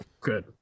Good